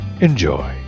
enjoy